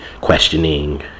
questioning